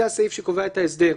זה הסעיף שקובע את ההסדר,